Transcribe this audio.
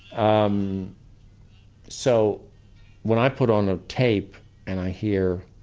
um so when i put on a tape and i hear,